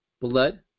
blood